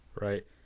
Right